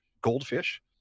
goldfish